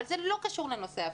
זה לא קשור לנושא ההפגנות.